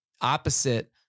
opposite